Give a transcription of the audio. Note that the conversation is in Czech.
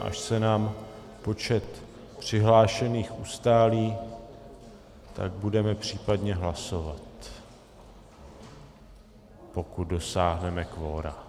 Až se nám počet přihlášených ustálí, budeme případně hlasovat, pokud dosáhneme kvora.